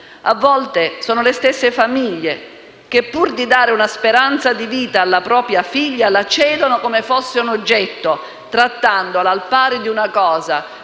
A volte, sono le stesse famiglie che, pur di dare una speranza di vita alla propria figlia, la cedono come fosse un oggetto, trattandola al pari di una cosa.